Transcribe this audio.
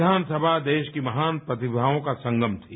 संविधान सभा देश की महान प्रतिभाओं का संगम थी